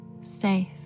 safe